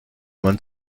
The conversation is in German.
man